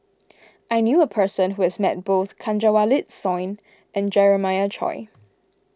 I knew a person who has met both Kanwaljit Soin and Jeremiah Choy